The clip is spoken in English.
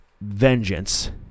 Vengeance